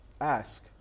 Ask